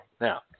Now